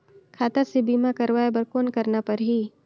खाता से बीमा करवाय बर कौन करना परही?